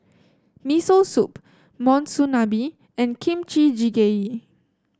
Miso Soup Monsunabe and Kimchi Jjigae